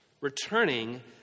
Returning